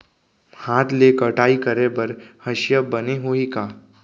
हाथ ले कटाई करे बर हसिया बने होही का?